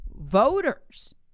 voters